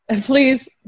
Please